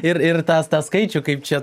ir ir tą tą skaičių kaip čia